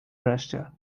wreszcie